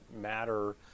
matter